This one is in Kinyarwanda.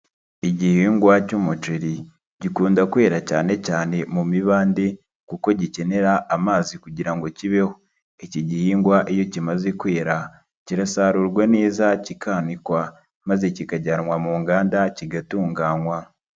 Igihingwa cy'umuceri gikunda kwera cyane cyane mu mibande kuko gikenera amazi kugira ngo kibeho, iki gihingwa iyo kimaze kwera, kirasarurwa neza kikanikwa maze kikajyanwa mu nganda kigatunganywa.